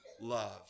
love